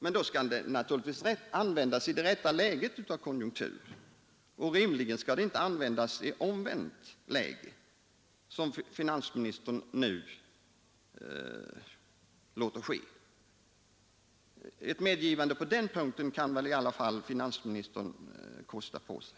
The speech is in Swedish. Men då skall den naturligtvis användas i rätt takt med konjunkturen och inte tvärtom vilket finansministern låter ske. Ett medgivande på den punkten kan väl i alla fall finansministern kosta på sig,